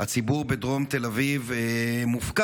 הציבור בדרום תל אביב מופקר